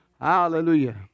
Hallelujah